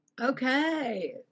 Okay